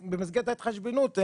במסגרת ההתחשבנות,